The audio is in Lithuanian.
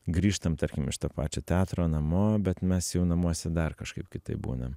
grįžtam tarkim iš to pačio teatro namo bet mes jau namuose dar kažkaip kitaip būnam